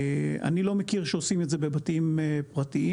אני לא מכיר שעושים את זה בבתים פרטיים.